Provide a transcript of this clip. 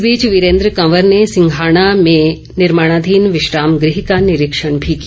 इस बीच वीरेन्द्र कंवर ने सिंहाणा में निर्माणाधीन विश्राम गृह का निरीक्षण भी किया